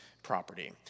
property